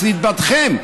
מצביעים בעדכם,